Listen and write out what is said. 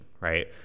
right